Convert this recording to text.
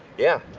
yeah.